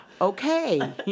okay